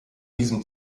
diesem